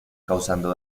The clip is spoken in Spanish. causando